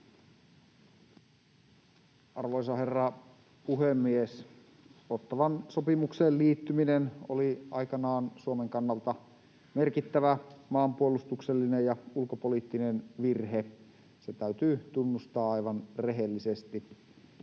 Arvoisa herra puhemies! Ottawan sopimukseen liittyminen oli aikanaan Suomen kannalta merkittävä maanpuolustuksellinen ja ulkopoliittinen virhe. Se täytyy tunnustaa aivan rehellisesti.